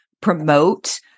promote